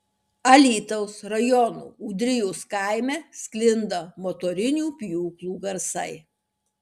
alytaus rajono ūdrijos kaime sklinda motorinių pjūklų garsai